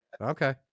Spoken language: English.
Okay